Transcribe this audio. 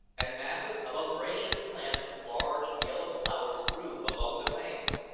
and masses of umbrageous plants with large yellow flowers grew along the banks,